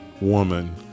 woman